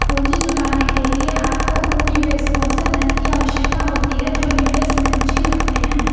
पूंजी जुटाने के लिए, आपको उन निवेशकों से धन की आवश्यकता होती है जो निवेश में रुचि रखते हैं